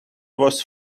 was